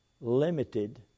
limited